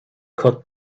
cut